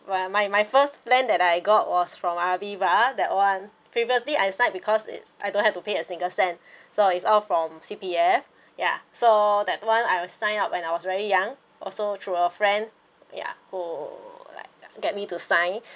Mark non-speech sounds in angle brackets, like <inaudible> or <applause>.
when my my first plan that I got was from Aviva that one previously I signed because it's I don't have to pay a single cent <breath> so it's all from C_P_F ya so that one I was signed up when I was very young also through a friend ya who like get me to sign <breath>